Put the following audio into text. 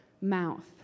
mouth